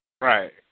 Right